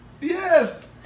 Yes